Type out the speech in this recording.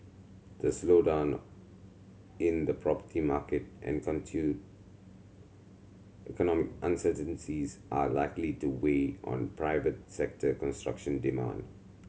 the slowdown in the property market and continued economic uncertainties are likely to weigh on private sector construction demand